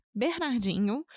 Bernardinho